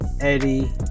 eddie